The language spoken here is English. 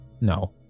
No